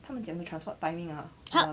他们讲 the transport timing ah !walao!